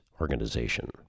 organization